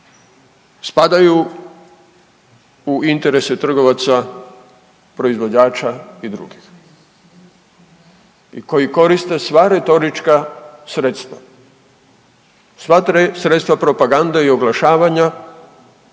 Spadaju u interese trgovaca, proizvođača i drugih i koji koriste sve retorička sredstva, sva sredstva propagande i oglašavanja